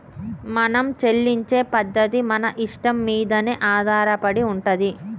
మనం చెల్లించే పద్ధతి మన ఇష్టం మీదనే ఆధారపడి ఉంటది